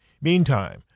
Meantime